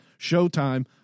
Showtime